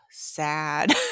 sad